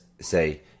say